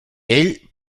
ell